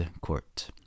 court